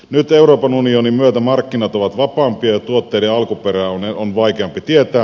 nyt euroopan unionin myötä markkinat ovat vapaampia ja tuotteiden alkuperä on vaikeampi tietää